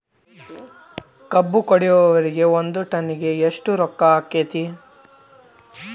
ಕಬ್ಬು ಕಡಿಯುವರಿಗೆ ಒಂದ್ ಟನ್ ಗೆ ಎಷ್ಟ್ ರೊಕ್ಕ ಆಕ್ಕೆತಿ?